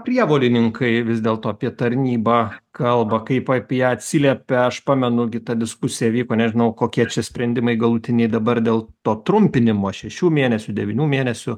prievolininkai vis dėlto apie tarnybą kalba kaip apie ją atsiliepia aš pamenu gi ta diskusija vyko nežinau kokie čia sprendimai galutiniai dabar dėl to trumpinimo šešių mėnesių devynių mėnesių